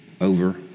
over